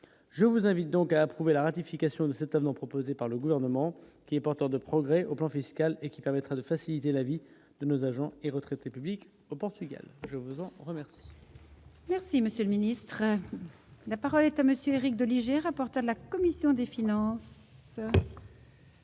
je vous invite donc à approuver la ratification de cet Allemand proposé par le gouvernement qui est porteur de progrès au plan fiscal et qui permettra de faciliter la vie de nos agents et retraités public au Portugal, je vous en remercie. Merci monsieur le ministre, n'a parlé que monsieur Éric Doligé, rapporteur de la commission des finances.